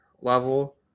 level